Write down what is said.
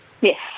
Yes